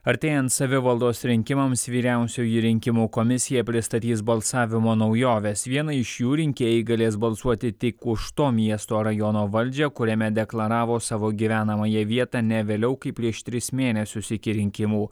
artėjant savivaldos rinkimams vyriausioji rinkimų komisija pristatys balsavimo naujoves vieną iš jų rinkėjai galės balsuoti tik už to miesto rajono valdžią kuriame deklaravo savo gyvenamąją vietą ne vėliau kaip prieš tris mėnesius iki rinkimų